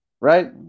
right